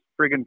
friggin